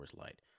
Light